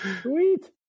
Sweet